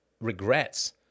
regrets